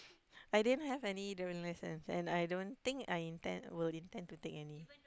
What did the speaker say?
I didn't have any driving licence and I don't think I intend will intend to take any